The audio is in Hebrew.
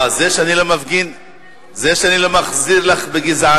אה, זה שאני לא מחזיר לך בגזענות